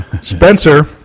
Spencer